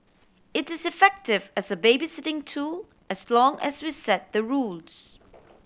it is effective as a babysitting tool as long as we set the rules